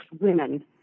women